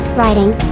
writing